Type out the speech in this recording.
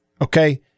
okay